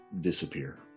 disappear